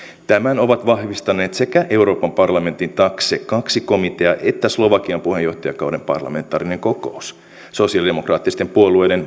tämän ovat vahvistaneet sekä euroopan parlamentin taxe kaksi komitea että slovakian puheenjohtajakauden parlamentaarinen kokous sosiaalidemokraattisten puolueiden